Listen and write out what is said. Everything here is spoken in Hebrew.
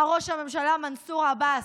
מר ראש הממשלה מנסור עבאס,